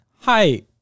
Hi